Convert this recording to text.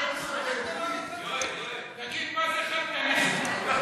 תגיד, מה זה חרטניזם?